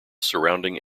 surrounding